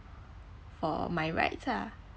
for my rights lah